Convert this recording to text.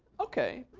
ok.